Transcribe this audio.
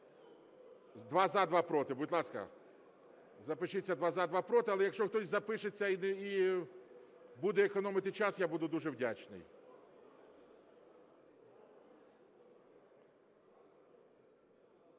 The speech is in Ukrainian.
Два – за, два – проти, будь ласка, запишіться: два – за, два – проти. Але якщо хтось запишеться і буде економити час, я буду дуже вдячний.